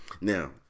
Now